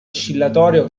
oscillatorio